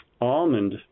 almond